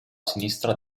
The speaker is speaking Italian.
sinistra